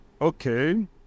okay